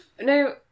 No